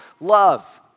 love